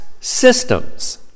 systems